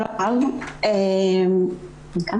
שלום רב, אני רוצה